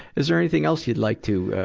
is there anything else you'd like to, ah,